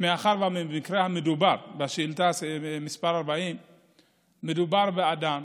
מאחר שבמקרה המדובר בשאילתה מס' 40 מדובר באדם